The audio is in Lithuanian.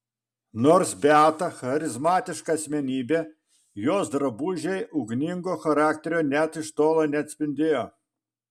nors beata charizmatiška asmenybė jos drabužiai ugningo charakterio net iš tolo neatspindėjo